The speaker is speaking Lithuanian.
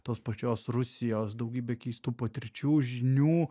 tos pačios rusijos daugybė keistų patirčių žinių